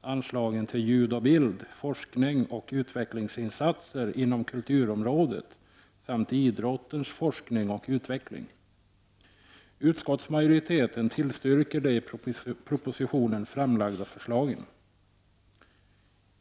anslagen till ljud och bild, forskningsoch utvecklingsinsatser inom kulturområdet samt idrottens forskning och utveckling. Utskottsmajoriteten tillstyrker de i propositionen framlagda förslagen.